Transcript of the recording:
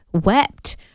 wept